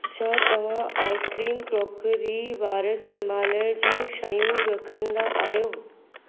छा तव्हां ice cream crockery वार संभालण जूं शयूं रखंदा आहियो